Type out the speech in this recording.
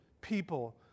people